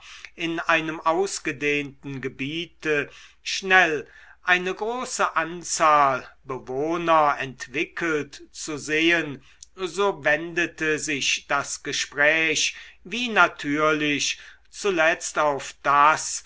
in einem ausgedehnten gebiete schnell eine große anzahl bewohner entwickelt zu sehen so wendete sich das gespräch wie natürlich zuletzt auf das